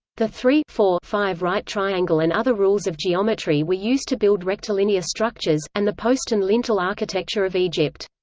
the three four five right triangle and other rules of geometry were used to build rectilinear structures, and the post and lintel architecture of egypt.